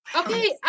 Okay